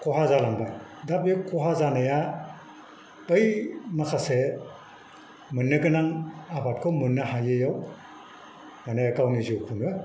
खहा जालांबाय दा बे खहा जानाया बै माखासे मोननो गोनां आबादखौ मोननो हायैआव माने गावनि जिउखौनो